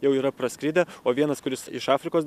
jau yra praskridę o vienas kuris iš afrikos